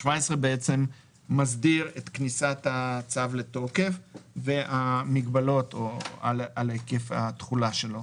17 מסדיר את כניסת הצו לתוקף והמגבלות על היקף התחולה שלו.